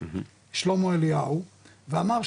שלמה אליהו ואמר,